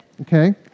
Okay